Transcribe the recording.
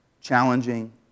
challenging